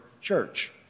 church